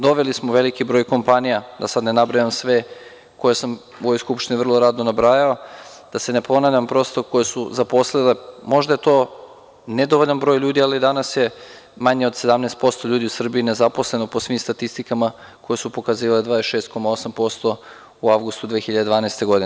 Dobili smo veliki broj kompanija, da sada ne nabrajam sve, koje sam u ovoj Skupštini vrlo rado nabrajao, da se ne ponavljam, prosto koje su zaposlile, a možda je to nedovoljan broj ljudi, ali danas je manje od 17% ljudi u Srbiji nezaposleno po svim statistikama koje su pokazivale 26,8% u avgustu 2012. godine.